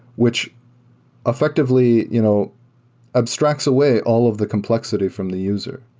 which effectively you know abstracts away all of the complexity from the user.